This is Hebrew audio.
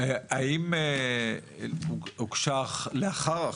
האם הוגשה, לאחר ההחלטה,